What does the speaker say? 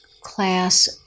class